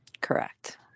correct